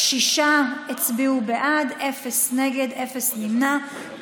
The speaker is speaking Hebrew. שישה הצביעו בעד, אפס נגד, אפס נמנעים.